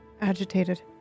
Agitated